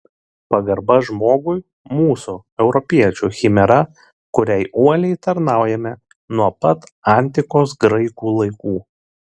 pagarba žmogui mūsų europiečių chimera kuriai uoliai tarnaujame nuo pat antikos graikų laikų